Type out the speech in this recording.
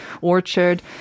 orchard